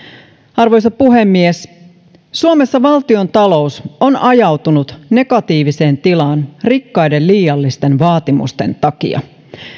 arvoisa puhemies suomessa valtiontalous on ajautunut negatiiviseen tilaan rikkaiden liiallisten vaatimusten takia